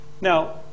Now